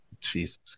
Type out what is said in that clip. Jesus